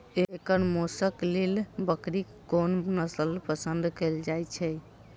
एकर मौशक लेल बकरीक कोन नसल पसंद कैल जाइ छै?